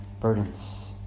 burdens